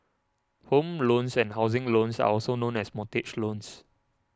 home loans and housing loans are also known as mortgage loans